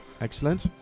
Excellent